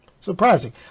surprising